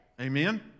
Amen